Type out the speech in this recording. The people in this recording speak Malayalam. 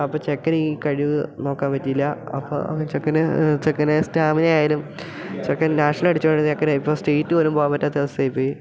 അപ്പോൾ ചെക്കന് ഈ കഴിവ് നോക്കാൻ പറ്റിയില്ല അപ്പോൾ ചെക്കന് ചെക്കന് സ്റ്റാമിന ആയാലും ചെക്കൻ നാഷണൽ അടിച്ചുകൊണ്ടിരുന്ന ചെക്കനെ ഇപ്പോൾ സ്റ്റേറ്റ് പോലും പോകാൻ പറ്റാത്ത അവസ്ഥയായിപ്പോയി